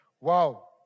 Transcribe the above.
Wow